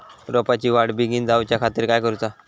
रोपाची वाढ बिगीन जाऊच्या खातीर काय करुचा?